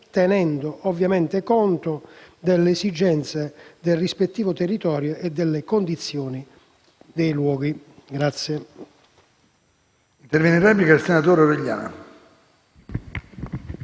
tenendo ovviamente conto delle esigenze del rispettivo territorio e della condizione dei luoghi.